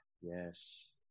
Yes